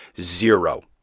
Zero